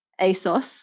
ASOS